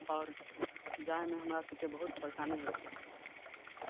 आओर जाइमे हमरा सभके बहुत परेशानी होइ छै